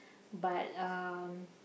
but um